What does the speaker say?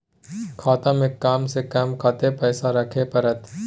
खाता में कम से कम कत्ते पैसा रखे परतै?